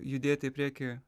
judėti į priekį